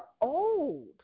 old